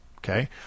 Okay